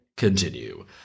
Continue